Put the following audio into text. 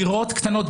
דירות קטנות,